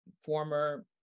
former